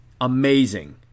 amazing